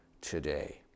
today